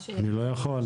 אני לא יכול?